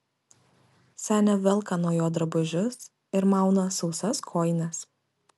senė velka nuo jo drabužius ir mauna sausas kojines